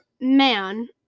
man